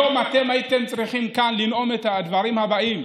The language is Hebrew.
היום אתם הייתם צריכים לנאום כאן את הדברים הבאים: